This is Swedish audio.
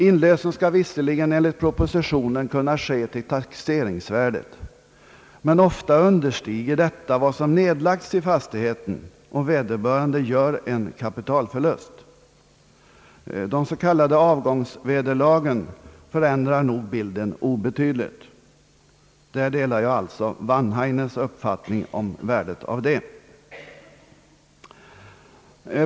Inlösen skall visserligen enligt propositionen kunna ske till taxeringsvärdet, men ofta understiger detta vad som nedlagts i fastigheten, och vederbörande gör en kapitalförlust. De s.k. avgångsvederlagen förändrar bilden obetydligt. Jag delar alltså herr Wanhainens uppfattning om värdet av vederlagen.